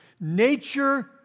Nature